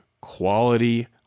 quality